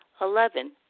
Eleven